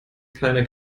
keine